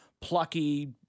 plucky